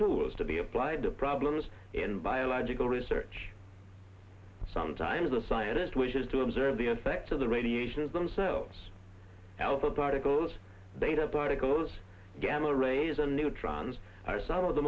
tools to be applied to problems in biological research sometimes the scientist wishes to observe the effects of the radiation themselves alpha particles they to particles gamma rays and neutrons are some of the